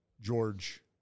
George